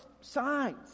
sides